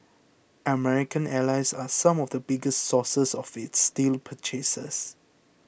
American allies are some of the biggest sources of its steel purchases